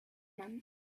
meant